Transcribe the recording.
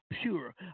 pure